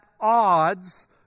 odds